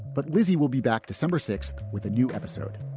but lizzie will be back december sixth with a new episode.